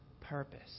purpose